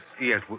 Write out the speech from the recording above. Yes